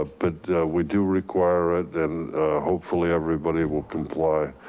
ah but we do require then hopefully everybody will comply.